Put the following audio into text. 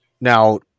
Now